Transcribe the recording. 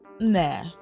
nah